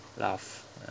laugh